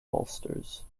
bolsters